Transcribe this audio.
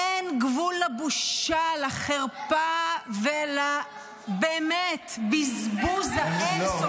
אין גבול לבושה, לחרפה, ובאמת לבזבוז האין-סופי.